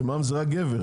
אימאן ח'טיב יאסין (רע"מ,